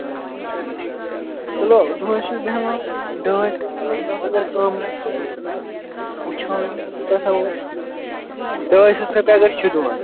آ کیٚنٛہہ چھُنہٕ چلو دہَس چھُس بہٕ ہٮ۪وان ڈاے ساس تلہٕ حظ تتھ اگر کم گَژھِ تہٕ وُچھو وۅنۍ کوٗتاہ تھاوَو أسۍ ڈاے ساس رۄپیہِ اگر چھِ دۅہَس